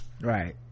Right